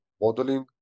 modeling